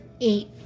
eight